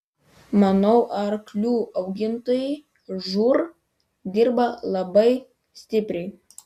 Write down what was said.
manau arklių augintojai žūr dirba labai stipriai